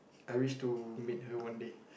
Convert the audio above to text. I wish to meet her one day